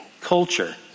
culture